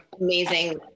amazing